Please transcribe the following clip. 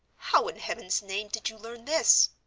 how in heaven's name did you learn this?